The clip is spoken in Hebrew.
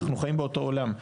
אנחנו חיים באותו עולם.